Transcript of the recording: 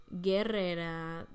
guerrera